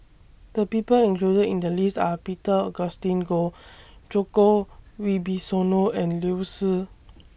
The People included in The list Are Peter Augustine Goh Djoko Wibisono and Liu Si